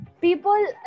people